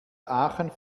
aachen